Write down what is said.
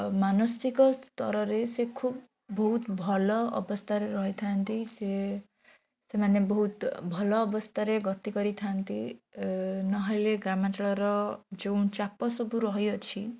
ମାନସିକ ସ୍ତରରେ ସେ ଖୁବ ବହୁତ ଭଲ ଅବସ୍ଥାରେ ରହି ଥାଆନ୍ତି ସିଏ ସେମାନେ ବହୁତ ଭଲ ଅବସ୍ଥାରେ ଗତି କରି ଥାଆନ୍ତି ନହେଲେ ଗ୍ରାମାଞ୍ଚଳର ଯୋଉଁ ଚାପ ସବୁ ରହିଅଛି